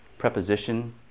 preposition